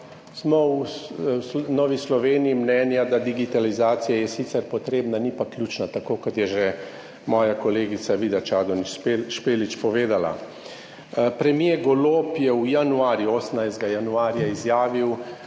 smo v Novi Sloveniji mnenja, da digitalizacija je sicer potrebna, ni pa ključna, tako kot je že moja kolegica Vida Čadonič Špelič povedala. Premier Golob je v januarju, 18. januarja izjavil,